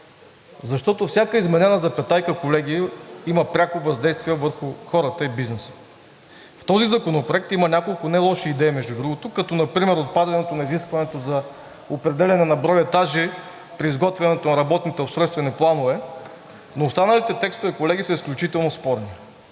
защото всяка изменена запетая, колеги, има пряко въздействие върху хората и бизнеса. Този законопроект има няколко нелоши идеи, например като отпадането на изискването за определяне на брой етажи при изработването на работните устройствени планове, останалите текстове, колеги, са изключително спорни.